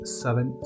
seven